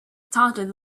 taunted